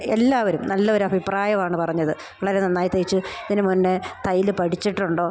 എല്ലാവരും നല്ല ഒരു അഭിപ്രായമാണ് പറഞ്ഞത് വളരെ നന്നായി തയ്ച്ചു ഇതിന് മുന്നേ തയ്യൽ പഠിച്ചിട്ടുണ്ടോ